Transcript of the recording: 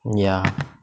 ya